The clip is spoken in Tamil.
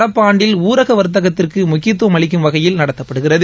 நடப்பாண்டில் ஊரக வர்த்தகத்திற்கு முக்கியத்தும் அளிக்கும் வகையில் நடத்தப்படுகிறது